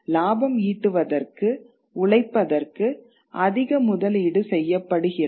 லாபம் ஈட்டுவதற்கு உழைப்பதற்கு அதிக முதலீடு செய்யப்படுகிறது